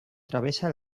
travessa